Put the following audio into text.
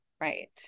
Right